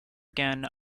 again